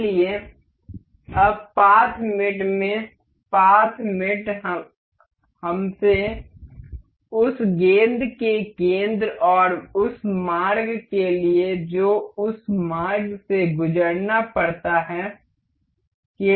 इसलिए अब पाथ मेट में पाथ मेट हमसे उस गेंद के केंद्र और उस मार्ग के लिए जो उस मार्ग से गुजरना पड़ता है के लिए कहता है